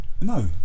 no